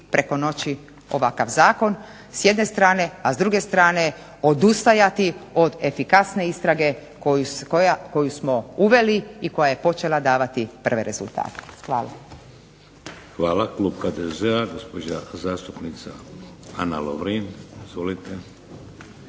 preko noći ovakav zakon s jedne strane. A s druge strane odustajati od efikasne istrage koju smo uveli i koja je počela davati prve rezultate. Hvala. **Šeks, Vladimir (HDZ)** Hvala. Klub HDZ-a, gospođa zastupnica Ana Lovrin. Izvolite.